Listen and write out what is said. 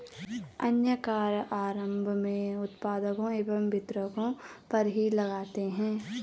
अन्य कर आरम्भ में उत्पादकों एवं वितरकों पर ही लगते हैं